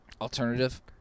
Alternative